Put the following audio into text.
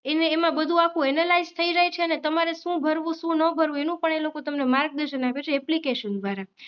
અને એમાં આખું એનલાઈજ થઈ જાય છે તમારે શું ભરવું શું ન ભરવું એનું પણ એ લોકો તમને માર્ગદર્શન આપે છે એપ્લિકેશન દ્વારા